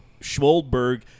schmoldberg